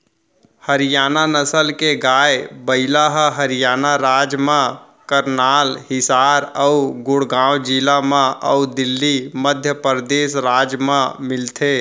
हरियाना नसल के गाय, बइला ह हरियाना राज म करनाल, हिसार अउ गुड़गॉँव जिला म अउ दिल्ली, मध्य परदेस राज म मिलथे